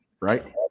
right